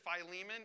Philemon